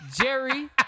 Jerry